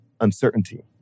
uncertainty